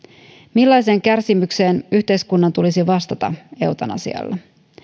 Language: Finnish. millaiseen kärsimykseen yhteiskunnan tulisi vastata eutanasialla